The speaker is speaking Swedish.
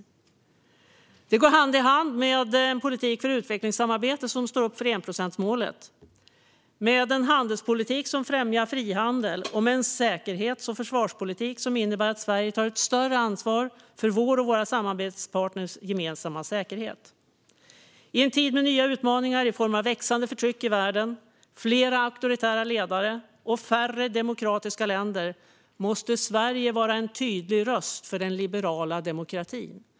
Detta går hand i hand med en politik för utvecklingssamarbete som står upp för enprocentsmålet, med en handelspolitik som främjar frihandel och med en säkerhets och försvarspolitik som innebär att Sverige tar ett större ansvar för vår och våra samarbetspartners gemensamma säkerhet. I en tid med nya utmaningar i form av växande förtryck i världen, fler auktoritära ledare och färre demokratiska länder måste Sverige vara en tydlig röst för den liberala demokratin.